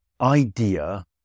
idea